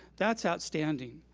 that's outstanding.